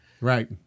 Right